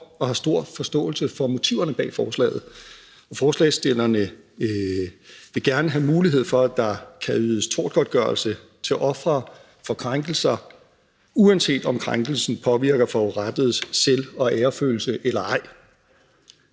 og har stor forståelse for motiverne bag forslaget. Forslagsstillerne vil gerne have mulighed for, at der udøves tortgodtgørelse til ofre for krænkelser, uanset om krænkelsen påvirker forurettedes selv- og æresfølelse eller ej.